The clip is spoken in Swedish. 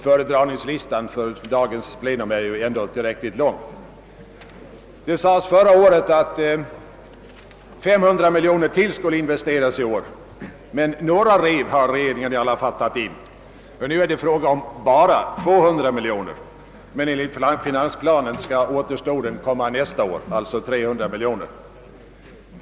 Föredragningslistan för .dagens plenum är ändå tillräckligt lång. Det sades förra året att ytterligare 300 miljoner kronor skulle investeras i år. Några rev har regeringen i alla fall tagit in, ty nu är det fråga om »bara» 200 miljoner kronor. Enligt finansplanen skall återstoden — alltså 300 miljoner kronor — emellertid komma nästa år.